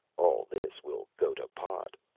all this will go to pot,